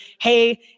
Hey